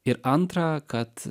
ir antra kad